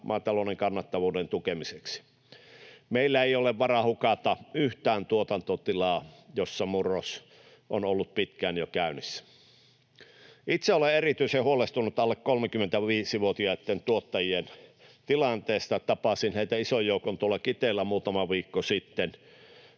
maatalouden kannattavuuden tukemiseksi. Meillä ei ole varaa hukata yhtään tuotantotilaa, jossa murros on ollut pitkään jo käynnissä. Itse olen erityisen huolestunut alle 35‑vuotiaiden tuottajien tilanteesta. Tapasin heitä ison joukon tuolla Kiteellä muutama viikko sitten.